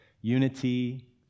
unity